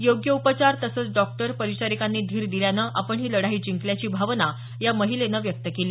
योग्य उपचार तसंच डॉक्टर परिचारिकांनी धीर दिल्यानं आपण ही लढाई जिंकल्याची भावना या महिलेनं व्यक्त केली